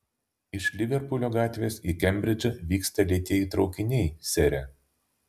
iš liverpulio gatvės į kembridžą vyksta lėtieji traukiniai sere